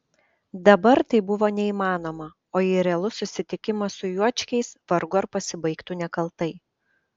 dabar tai buvo neįmanoma o ir realus susitikimas su juočkiais vargu ar pasibaigtų nekaltai